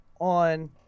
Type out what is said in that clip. on